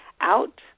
out